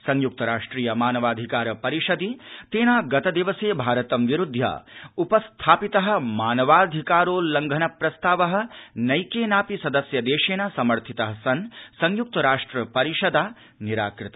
संयुक्तराष्ट्रिय मानवाधिकार परिषदि तेन भारतं विरुध्य ह्यः उपस्थापितः मानवाधिकारोल्लंघन प्रस्तावः नैकेनापि सदस्य देशेन समर्थितः सन् संयुक्तराष्ट्र परिषदा निराकृतः